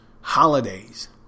holidays